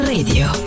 Radio